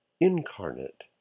incarnate